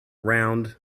round